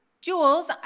Jules